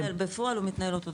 כן, בפועל הוא מתנהל אותו דבר.